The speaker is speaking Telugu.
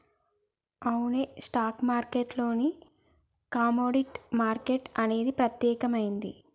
అవునే స్టాక్ మార్కెట్ లోనే కమోడిటీ మార్కెట్ అనేది ప్రత్యేకమైనది